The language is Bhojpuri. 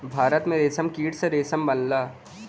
भारत में रेशमकीट से रेशम बनला